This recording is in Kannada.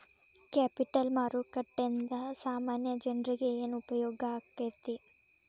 ಕ್ಯಾಪಿಟಲ್ ಮಾರುಕಟ್ಟೇಂದಾ ಸಾಮಾನ್ಯ ಜನ್ರೇಗೆ ಏನ್ ಉಪ್ಯೊಗಾಕ್ಕೇತಿ?